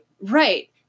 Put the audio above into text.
Right